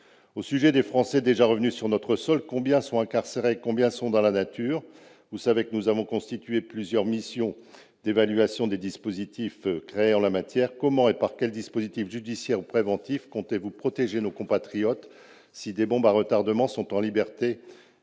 Au sujet des Français déjà revenus sur notre sol, combien sont incarcérés et combien sont dans la nature ? Madame la garde des sceaux, vous savez que le Sénat a constitué plusieurs missions d'évaluation des dispositifs créés dans ce domaine. Comment et par quels dispositifs judiciaires, ou préventifs, comptez-vous protéger nos compatriotes, si des bombes à retardement sont en liberté